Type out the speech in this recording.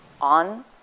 on